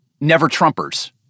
never-Trumpers